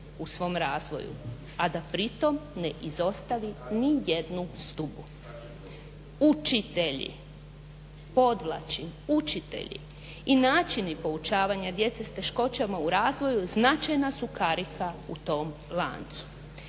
u svom razvoju, a da pritom ne izostavi nijednu stubu. Učitelji, podvlačim učitelji i načini poučavanja djece s teškoćama u razvoju značajna su karika u tom lancu.